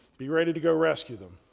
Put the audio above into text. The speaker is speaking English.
be ready to go rescue them.